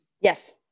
Yes